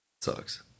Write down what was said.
sucks